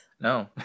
No